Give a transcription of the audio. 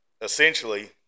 essentially